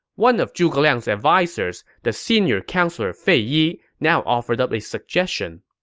one of zhuge liang's advisers, the senior counselor fei yi, now offered up a suggestion.